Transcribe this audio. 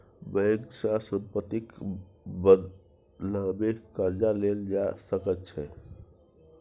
bank सँ सम्पत्तिक बदलामे कर्जा लेल जा सकैत छै